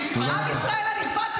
--- עם ישראל הנכבד,